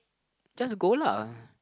just go lah